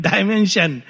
Dimension